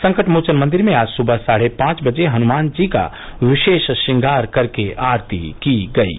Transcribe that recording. संकटमोचन मंदिर में आज सुबह साढ़े पांच बजे हनुमान जी का विशेष श्रंगार कर के आरती की गयी